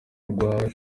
rwawe